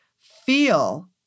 feel